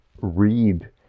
read